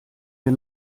wir